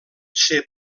ser